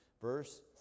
Verse